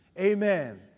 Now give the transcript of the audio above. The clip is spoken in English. Amen